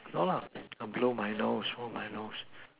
no lah blow my nose blow my nose